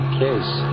case